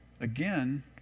Again